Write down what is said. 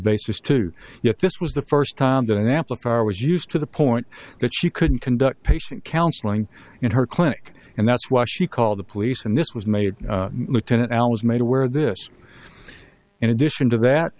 basis to yet this was the first time that an amplifier was used to the point that she couldn't conduct patient counseling in her clinic and that's why she called the police and this was made lieutenant al was made aware of this in addition to that